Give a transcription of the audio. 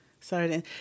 sorry